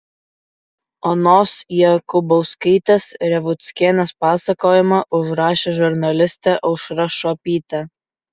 onos jakubauskaitės revuckienės pasakojimą užrašė žurnalistė aušra šuopytė